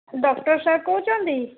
doctor sir କହୁଛନ୍ତି